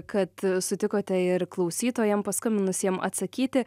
kad sutikote ir klausytojam paskambinusiem atsakyti